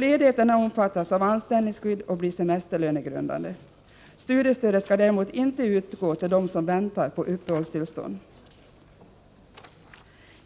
Ledigheten omfattas av anställningsskydd och blir semesterlönegrundande. Studiestöd skall däremot inte utgå till dem som väntar på uppehållstillstånd.